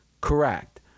correct